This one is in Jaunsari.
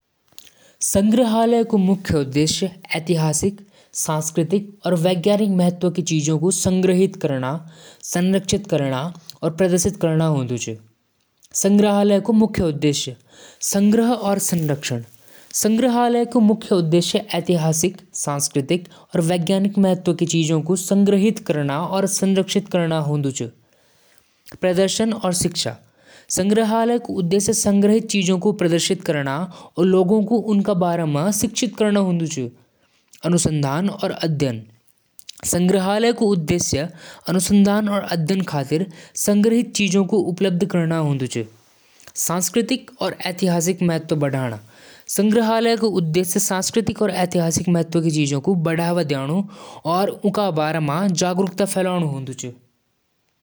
सरल salad dressing बणाण म तिल का तेल, नींबू रस, नमक और काली मिर्च लगणु होलु। सब चीज मिक्स करदु और सलाद पर डालदु। यो सलाद क स्वाद बढ़ादु।